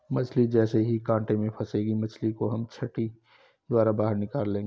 मछली जैसे ही कांटे में फंसेगी मछली को हम छड़ी द्वारा बाहर निकाल लेंगे